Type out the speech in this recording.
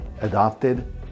adopted